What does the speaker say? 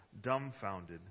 dumbfounded